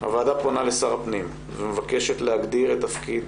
הוועדה פונה לשר הפנים ומבקשת להגדיר את תפקיד